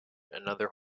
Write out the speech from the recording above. another